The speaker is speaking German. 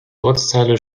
ortsteile